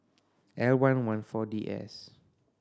L one one Four D S